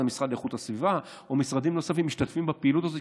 זה המשרד לאיכות הסביבה או משרדים נוספים שמשתתפים בפעילות הזאת,